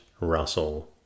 Russell